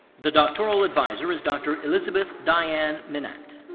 the doctoral advisor is dr. elizabeth diane mynatt.